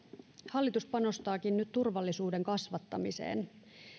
hallitus panostaakin nyt turvallisuuden kasvattamiseen